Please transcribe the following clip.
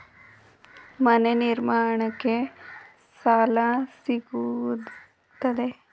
ಮನೆ ನಿರ್ಮಾಣಕ್ಕೆ ಸಾಲ ಸಿಗುತ್ತದೆಯೇ?